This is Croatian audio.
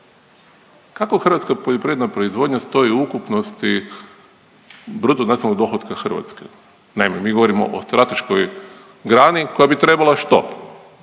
Kako hrvatska poljoprivredna proizvodnja stoji u ukupnosti bruto nacionalnog dohotka Hrvatske? Naime, mi govorimo o strateškoj grani koja bi trebala što,